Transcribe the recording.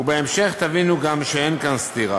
ובהמשך תבינו גם שאין כאן סתירה.